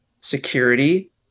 security